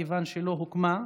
כיוון שלא הוקמה,